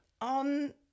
on